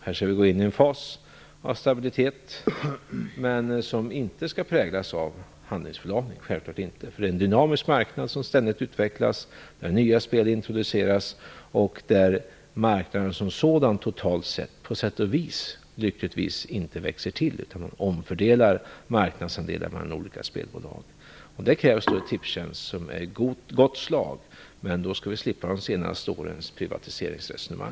Här skall vi gå in i en fas av stabilitet som självfallet inte skall präglas av handlingsförlamning. Det är fråga om en dynamisk marknad som ständigt utvecklas, där nya spel introduceras och där marknaden som sådan totalt sett lyckligtvis inte växer till, utan där marknadsandelar omfördelas mellan olika spelbolag. Det kräver ett Tipstjänst som är i god form. Men då skall vi slippa de senaste årens privatiseringsresonemang.